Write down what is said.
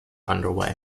underway